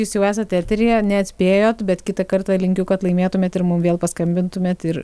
jūs jau esat eteryje neatspėjot bet kitą kartą linkiu kad laimėtumėt ir mum vėl paskambintumėt ir